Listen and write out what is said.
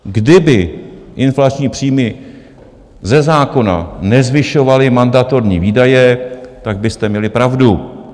Kdyby inflační příjmy ze zákona nezvyšovaly mandatorní výdaje, tak byste měli pravdu.